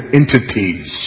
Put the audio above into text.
entities